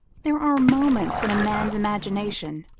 there are moments when a man's imagination,